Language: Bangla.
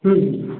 হুম